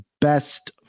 best